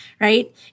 right